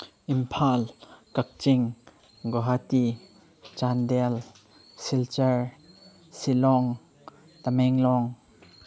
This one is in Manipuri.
ꯏꯝꯐꯥꯜ ꯀꯛꯆꯤꯡ ꯒꯣꯍꯥꯇꯤ ꯆꯥꯟꯗꯦꯜ ꯁꯤꯜꯆꯔ ꯁꯤꯂꯣꯡ ꯇꯃꯦꯡꯂꯣꯡ